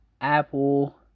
Apple